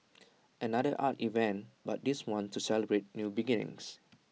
another art event but this one's to celebrate new beginnings